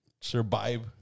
Survive